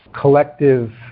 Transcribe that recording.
collective